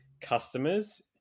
customers